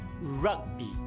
Rugby